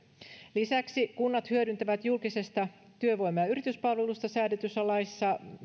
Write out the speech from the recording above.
lisäksi kunnat hyödyntävät julkisesta työvoima ja yrityspalvelusta säädetyssä laissa